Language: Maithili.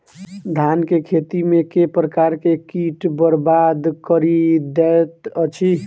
धान केँ खेती मे केँ प्रकार केँ कीट बरबाद कड़ी दैत अछि?